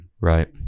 Right